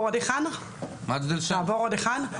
תני לי מדד שילוב באקדמיה לאותן שנים.